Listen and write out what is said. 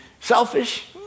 selfish